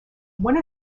one